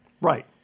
Right